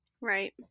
Right